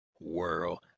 world